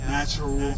natural